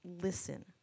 listen